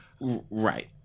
Right